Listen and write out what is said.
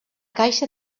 caixa